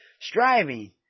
striving